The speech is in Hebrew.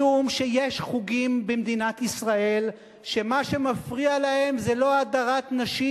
משום שיש חוגים במדינת ישראל שמה שמפריע להם זה לא הדרת נשים,